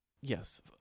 Yes